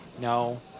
no